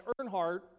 Earnhardt